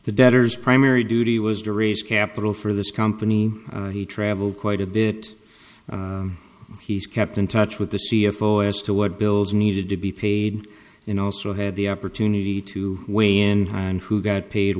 the debtors primary duty was to raise capital for this company he traveled quite a bit he's kept in touch with the c f o as to what bills needed to be paid and also had the opportunity to weigh in on who got paid